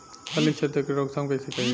फली छिद्रक के रोकथाम कईसे करी?